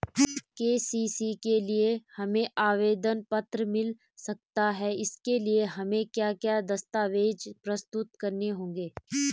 KCC के लिए हमें आवेदन पत्र मिल सकता है इसके लिए हमें क्या क्या दस्तावेज़ प्रस्तुत करने होंगे?